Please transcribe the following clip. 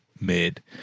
mid